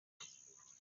mbere